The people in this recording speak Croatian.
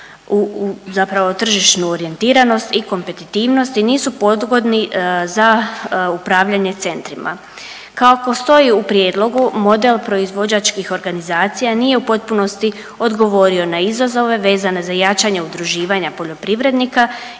zapravo tržišnu orijentiranost i kompetitivnost i nisu pogodni za upravljanje centrima. Kako stoji u prijedlogu model proizvođačkih organizacija nije u potpunosti odgovorio na izazove vezane za jačanje udruživanja poljoprivrednika,